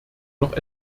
noch